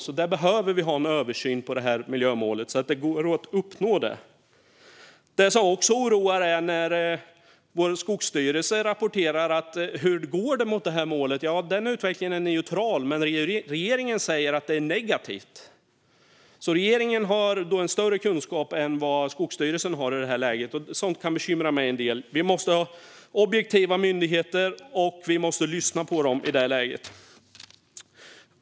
Vi behöver därför få en översyn av detta miljömål så att det går att uppnå. Något som också oroar är när vår skogsstyrelse rapporterar om hur det går när det gäller detta mål och säger att den utvecklingen är neutral, men regeringen säger att den är negativ. Regeringen har alltså större kunskap än Skogsstyrelsen i detta läge, och sådant kan bekymra mig en del. Vi måste ha objektiva myndigheter, och vi måste lyssna på dem i det läget.